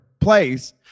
place